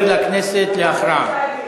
לא הספקתי להצביע.